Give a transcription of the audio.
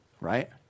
right